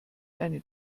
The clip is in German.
eine